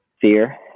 Fear